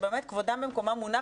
שבאמת אלה דברים שכבודם במקומם מונח,